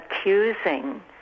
accusing